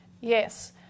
Yes